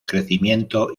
crecimiento